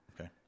Okay